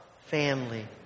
family